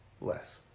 less